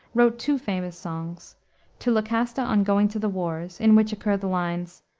wrote two famous songs to lucasta on going to the wars in which occur the lines,